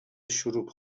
شروع